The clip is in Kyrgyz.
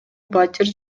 батир